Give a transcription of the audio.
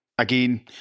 Again